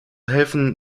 helfen